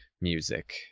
music